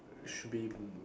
should be